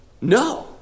no